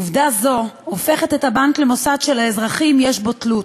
עובדה זו הופכת את הבנק למוסד שלאזרחים יש בו תלות.